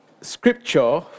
scripture